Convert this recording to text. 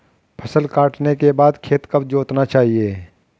फसल काटने के बाद खेत कब जोतना चाहिये?